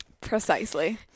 Precisely